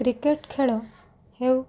cricket ଖେଳ ହେଉ